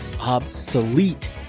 obsolete